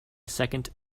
second